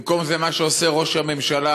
במקום זה, מה שעושה ראש הממשלה,